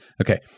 Okay